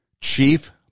chief